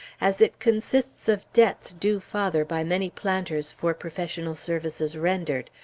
as it consists of debts due father by many planters for professional services rendered,